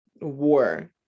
war